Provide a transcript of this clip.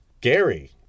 Gary